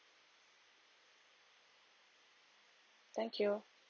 thank you